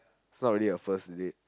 is not really a first date